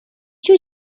you